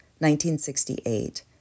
1968